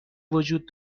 وجود